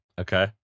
Okay